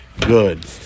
good